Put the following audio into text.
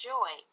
Joy